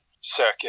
circuit